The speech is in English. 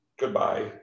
goodbye